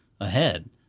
ahead